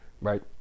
Right